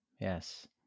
yes